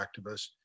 activists